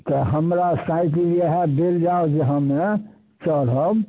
तऽ हमरा साइकिल इएह देल जाउ जे हमे चढ़ब